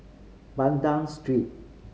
Banda Street